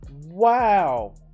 Wow